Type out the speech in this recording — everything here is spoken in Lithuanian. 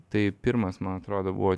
tai pirmas man atrodo buvo